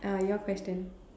uh your question